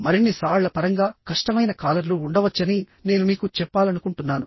మరిన్ని సవాళ్ల పరంగా కష్టమైన కాలర్లు ఉండవచ్చని నేను మీకు చెప్పాలనుకుంటున్నాను